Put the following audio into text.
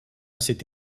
cette